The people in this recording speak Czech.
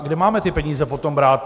Kde máme ty peníze potom brát?